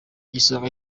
igisonga